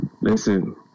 listen